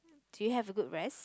do you have a good rest